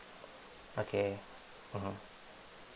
okay mmhmm